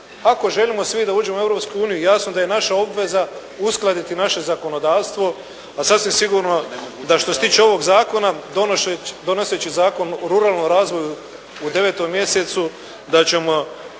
Ako želimo svi da uđemo u Europsku uniju jasno da je naša obveza uskladiti naše zakonodavstvo, a sasvim sigurno da što se tiče ovog zakona donoseći Zakon o ruralnom razvoju u 9. mjesecu da ćemo